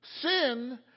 Sin